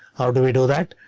how do we do that?